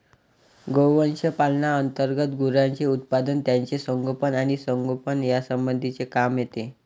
गोवंश पालना अंतर्गत गुरांचे उत्पादन, त्यांचे संगोपन आणि संगोपन यासंबंधीचे काम येते